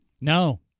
No